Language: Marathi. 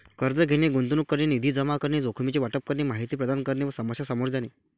कर्ज घेणे, गुंतवणूक करणे, निधी जमा करणे, जोखमीचे वाटप करणे, माहिती प्रदान करणे व समस्या सामोरे जाणे